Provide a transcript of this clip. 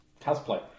cosplay